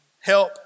help